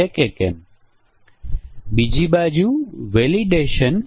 આમાંથી દરેક બીજાથી સ્વતંત્ર છે